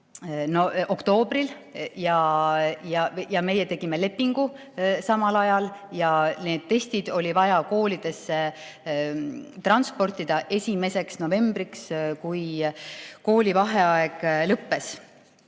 28. oktoobril ja meie tegime lepingu samal ajal. Need testid oli vaja koolidesse transportida 1. novembriks, kui koolivaheaeg lõppes.